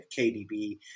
KDB